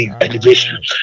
elevation